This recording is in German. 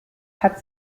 hat